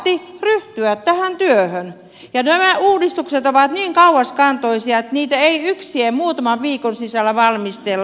nämä uudistukset ovat niin kauaskantoisia että niitä ei muutaman viikon sisällä valmistella